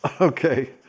okay